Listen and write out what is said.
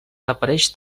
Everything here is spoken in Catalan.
apareix